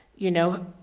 you know,